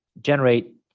generate